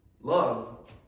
Love